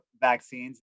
vaccines